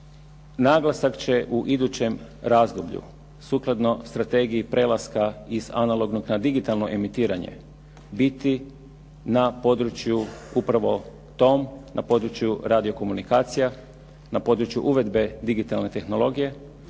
naglasak će u idućem razdoblju sukladno Strategiji prelaska iz analognog na digitalno emitiranje biti na području upravo tom, na području radio komunikacija, na području uvedbe digitalne tehnologije